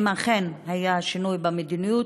4. אם אכן היה שינוי במדיניות,